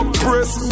press